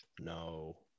No